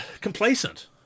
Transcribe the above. complacent